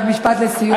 רק משפט לסיום.